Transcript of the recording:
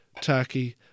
Turkey